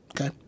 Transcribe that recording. Okay